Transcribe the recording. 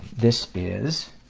this is,